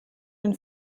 den